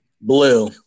Blue